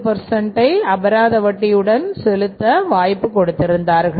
5 ஐ அபராத வட்டியுடன் செலுத்த வாய்ப்பு இருந்தது